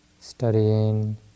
studying